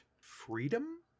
freedom